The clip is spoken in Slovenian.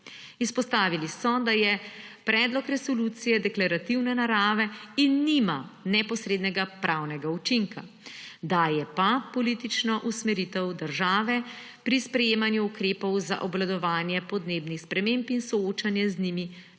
Izpostavili so, da je predlog resolucije deklarativne narave in nima neposrednega pravnega učinka, daje pa politično usmeritev države pri sprejemanju ukrepov za obvladovanje podnebnih sprememb in soočanje z njimi ter